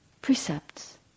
precepts